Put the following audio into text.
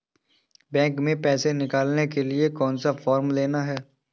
Bank में पैसा निकालने के लिए कौन सा फॉर्म लेना है?